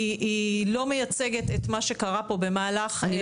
היא לא מייצגת את מה שקרה פה מתחילת --- אני